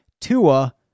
Tua